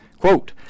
Quote